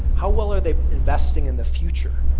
how well are they investing in the future?